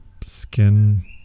skin